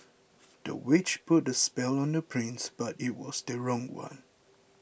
the witch put the spell on the prince but it was the wrong one